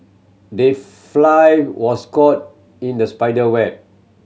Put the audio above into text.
the fly was caught in the spider web